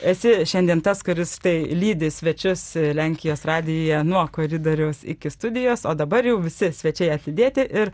esi šiandien tas kuris tai lydi svečius lenkijos radijuje nuo koridoriaus iki studijos o dabar jau visi svečiai atlydėti ir